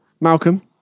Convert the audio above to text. Malcolm